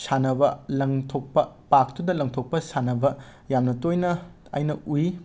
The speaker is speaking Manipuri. ꯁꯥꯟꯅꯕ ꯂꯪꯊꯣꯛꯄ ꯄꯥꯛꯇꯨꯗ ꯂꯪꯊꯣꯛꯄ ꯁꯥꯟꯅꯕ ꯌꯥꯝꯅ ꯇꯣꯏꯅ ꯑꯩꯅ ꯎꯏ